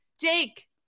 Jake